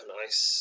nice